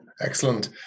Excellent